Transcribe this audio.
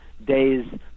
days